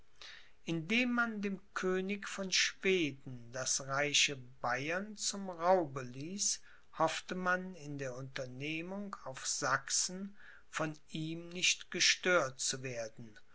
indem man dem könig von schweden das reiche bayern zum raube ließ hoffte man in der unternehmung auf sachsen von ihm nicht gestört zu werden